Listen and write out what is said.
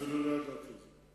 אפילו לא ידעתי את זה.